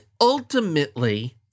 ultimately